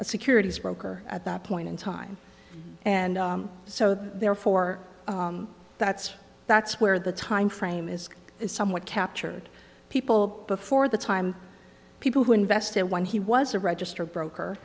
a securities broker at that point in time and so therefore that's that's where the time frame is is somewhat captured people before the time people who invested when he was a registered broker